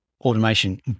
automation